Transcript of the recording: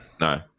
No